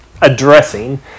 addressing